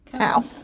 Ow